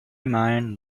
mind